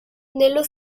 nello